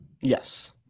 yes